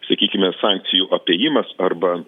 sakykime sankcijų apėjimas arba